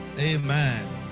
Amen